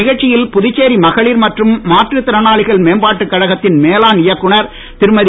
நிகழ்ச்சியில் புதுச்சேரி மகளிர் மற்றும் மாற்றுத்திறனாளிகள் மேம்பாட்டு கழகத்தின் மேலாண் இயக்குனர் திருமதி